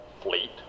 fleet